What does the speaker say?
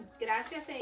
Gracias